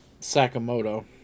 Sakamoto